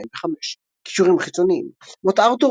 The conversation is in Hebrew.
2005. קישורים חיצוניים "מות ארתור,